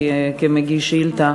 כמגיש שאילתה,